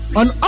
on